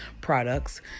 products